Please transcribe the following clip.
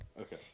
Okay